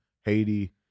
haiti